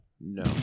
no